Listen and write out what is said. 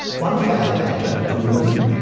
one fire-fighter, a woman,